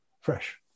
fresh